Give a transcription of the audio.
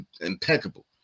impeccable